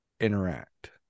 interact